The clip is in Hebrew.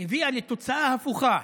הביאה לתוצאה הפוכה,